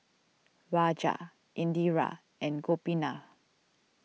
Raja Indira and Gopinath